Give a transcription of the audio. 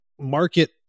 Market